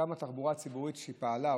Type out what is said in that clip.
גם התחבורה הציבורית שפעלה,